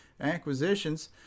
acquisitions